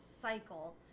cycle